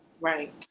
right